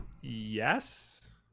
Yes